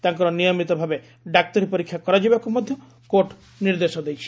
ତାଙ୍କର ନିୟମିତ ଭାବେ ଡାକ୍ତରୀ ପରୀକ୍ଷା କରାଯିବାକୁ ମଧ୍ୟ କୋର୍ଟ ନିର୍ଦ୍ଦେଶ ଦେଇଛନ୍ତି